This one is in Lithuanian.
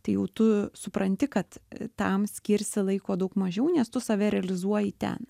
tai jau tu supranti kad tam skirsi laiko daug mažiau nes tu save realizuoji ten